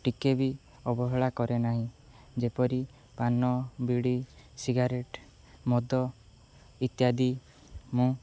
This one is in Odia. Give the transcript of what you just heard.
ଟିକେ ବି ଅବହେଳା କରେ ନାହିଁ ଯେପରି ପାନ ବିଡ଼ି ସିଗାରେଟ୍ ମଦ ଇତ୍ୟାଦି ମୁଁ